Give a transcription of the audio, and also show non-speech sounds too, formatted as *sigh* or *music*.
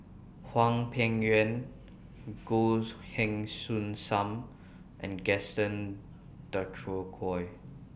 *noise* Hwang Peng Yuan *hesitation* Goh Heng Soon SAM and Gaston Dutronquoy